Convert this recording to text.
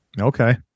Okay